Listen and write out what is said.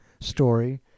story